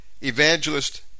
Evangelist